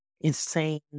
insane